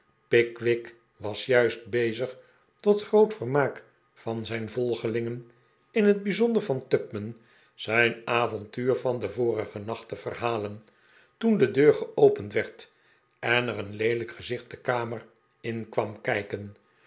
pickwick was juist bezig tot groot vermaak van zijn volgelingen in het bijzonder van tupman zijn avontuur van den vorigen nacht te verhalen toen de deur geopend werd en er een leelijk gezicht de kamer in kwam kijken